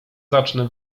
zacznę